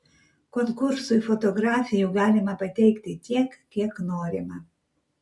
konkursui fotografijų galima pateikti tiek kiek norima